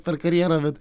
per karjerą bet